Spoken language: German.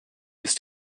ist